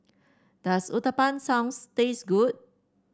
does Uthapam sounds taste good